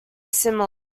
similar